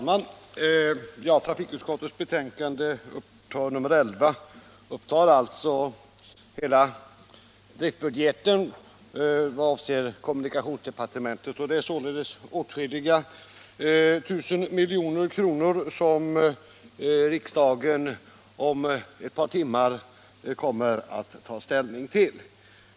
Herr talman! I trafikutskottets betänkande nr 11 behandlas hela driftbudgeten för kommunikationsdepartementet, och det är således åtskilliga tusen miljoner kronor som riksdagen om ett par timmar kommer att ta ställning till.